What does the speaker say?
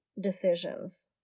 decisions